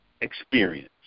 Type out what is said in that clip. experience